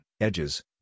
edges